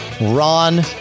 Ron